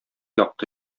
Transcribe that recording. якты